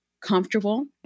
comfortable